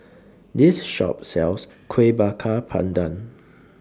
This Shop sells Kueh Bakar Pandan